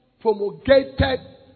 promulgated